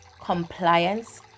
compliance